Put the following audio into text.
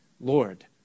Lord